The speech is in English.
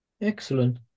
Excellent